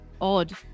odd